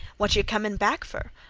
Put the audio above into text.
what yeh comin' back fer?